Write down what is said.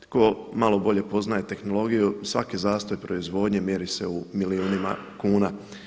Tko malo bolje poznaje tehnologiju svaki zastoj proizvodnje mjeri se u milijunima kuna.